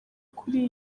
kuri